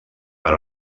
per